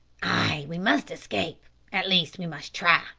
ay, we must escape at least we must try,